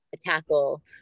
tackle